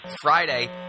Friday